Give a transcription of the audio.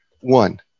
One